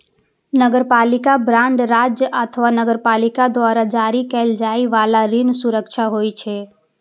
नगरपालिका बांड राज्य अथवा नगरपालिका द्वारा जारी कैल जाइ बला ऋण सुरक्षा होइ छै